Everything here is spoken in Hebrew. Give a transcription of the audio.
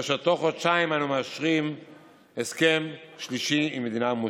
ובתוך חודשיים אנו מאשרים הסכם שלישי עם מדינה מוסלמית.